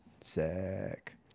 sick